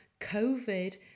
COVID